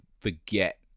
forget